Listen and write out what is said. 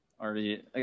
already